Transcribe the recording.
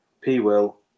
P-Will